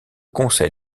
conseil